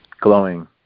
glowing